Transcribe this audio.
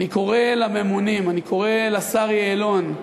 אני קורא לממונים, אני קורא לשר יעלון: